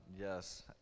Yes